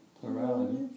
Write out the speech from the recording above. plurality